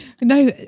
no